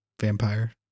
Vampire